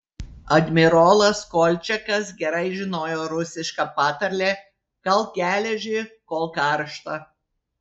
admirolas kolčiakas gerai žinojo rusišką patarlę kalk geležį kol karšta